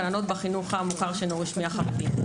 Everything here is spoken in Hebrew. גננות, בחינוך המוכר שאינו רשמי החרדי.